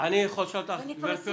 אני יכול לשאול אותך שאלה?